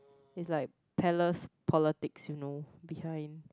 is like Thales politics you know behind